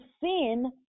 sin